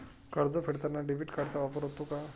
कर्ज फेडताना डेबिट कार्डचा वापर होतो का?